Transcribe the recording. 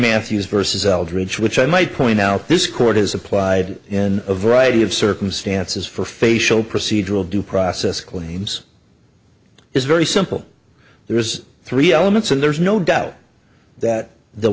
matthews vs eldritch which i might point out this court has applied in a variety of circumstances for facial procedural due process claims it is very simple there is three elements and there's no doubt that the